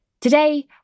Today